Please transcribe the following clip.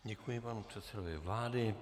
Děkuji panu předsedovi vlády.